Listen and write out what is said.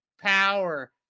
power